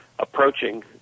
approaching